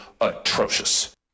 atrocious